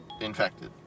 infected